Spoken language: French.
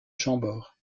chambord